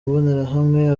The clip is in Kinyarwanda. mbonerahamwe